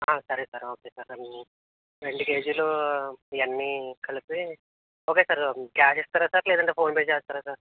సరే sir okay sir రెండు కేజీలు ఇవి అన్నీ కలిపి ఓకే సార్ క్యాష్ ఇస్తారా సార్ లేదంటే ఫోన్పే చేస్తారా సార్